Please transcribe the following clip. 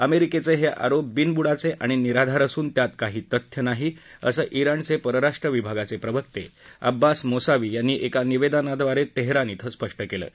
अमेरिकेचे हे आरोप बिनबुडाचे आणि निराधार असून त्यात काही तथ्य नाही असं ज्ञाणचे परराष्ट्र विभागाचे प्रवक्ते अब्बास मोसावी यांनी एका निवेदनाद्वारे तेहरान क्रिं स्पष्ट केलं आहे